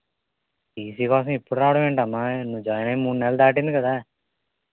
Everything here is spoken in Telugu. టీసీ కోసం ఇప్పుడు రావటం ఏంటమ్మా నువ్వు జాయిన్ అయ్యి మూడు నెలలు దాటింది కదా